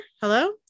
Hello